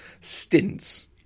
stints